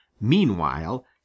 Meanwhile